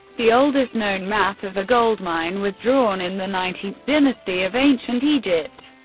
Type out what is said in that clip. the oldest known map of a gold mine was drawn in the nineteenth dynasty of ancient egypt,